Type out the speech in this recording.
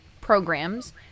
programs